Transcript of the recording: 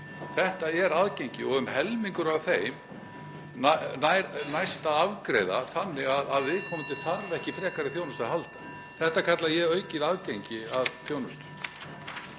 Þetta er aðgengi. Um helming af þeim næst að afgreiða þannig að viðkomandi þarf ekki (Forseti hringir.) á frekari þjónustu að halda. Þetta kalla ég aukið aðgengi að þjónustu.